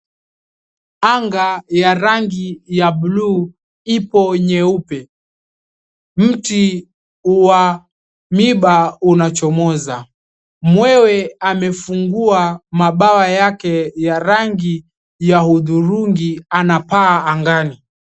Anga ya rangi ya blue ipo nyeupe. Mti wa miba unachomoza. Mwewe amefungua mabawa yake ya rangi ya hudhurungi. Anapaa angani.